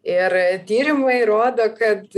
ir tyrimai rodo kad